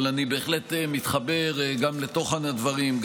אבל אני בהחלט מתחבר גם לתוכן הדברים,